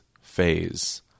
phase